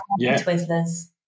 twizzlers